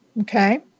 Okay